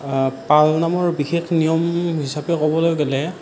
পালনামৰ বিশেষ নিয়ম হিচাপে ক'বলৈ গ'লে